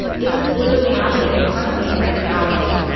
this is literally happening in front of me right now. like,